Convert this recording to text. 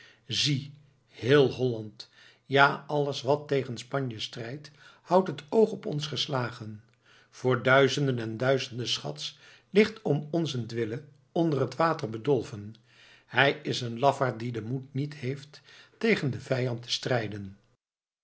zie heel holland ja alles wat tegen spanje strijdt houdt het oog op ons geslagen voor duizenden en duizenden schats ligt om onzentwille onder het water bedolven hij is een lafaard die den moed niet heeft tegen den vijand te strijden